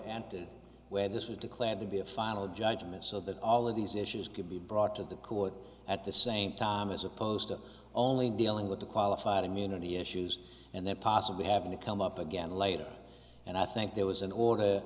and where this was declared to be a final judgment so that all of these issues could be brought to the court at the same time as opposed to only dealing with the qualified immunity issues and then possibly having to come up again later and i think there was an order